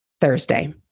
Thursday